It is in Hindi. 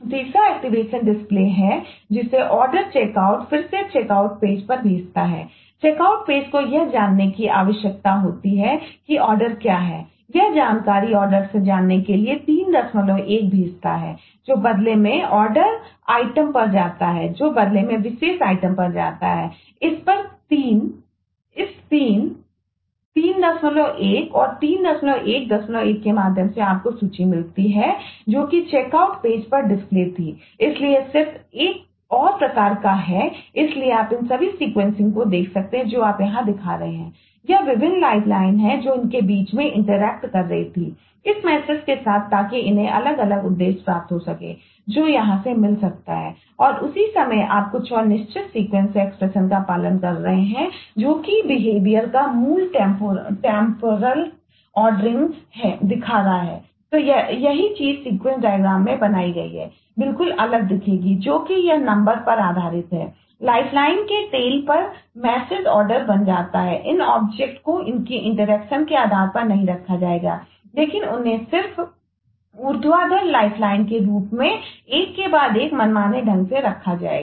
तीसरा एक्टिवेशन को देख सकते हैं कि जो यहाँ आप दिखा रहे हैं यह विभिन्न लाइफलाइनके रूप में एक के बाद एक मनमाने ढंग से रखा जाएगा